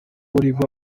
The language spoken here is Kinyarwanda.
riba